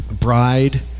Bride